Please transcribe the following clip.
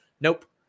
nope